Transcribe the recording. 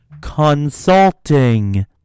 consulting